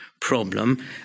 problem